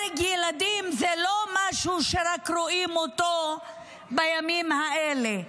הרג ילדים זה לא משהו שרק רואים אותו בימים האלה.